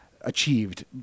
achieved